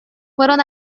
fueron